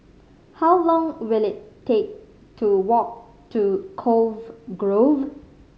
how long will it take to walk to Cove Grove